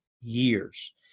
years